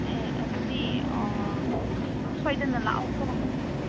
ꯑꯦ ꯑꯗꯨꯗꯤ ꯑꯥ ꯁꯣꯏꯗꯅ ꯂꯥꯛꯑꯣꯀꯣ